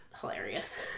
hilarious